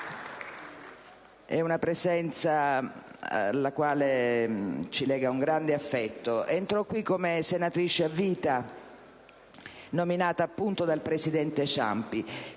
È una presenza alla quale ci lega un grande affetto. Arrivò qui in Senato come senatrice a vita, nominata, appunto, dal presidente Ciampi.